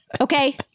Okay